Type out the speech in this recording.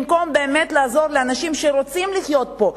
במקום באמת לעזור לאנשים שרוצים לחיות פה,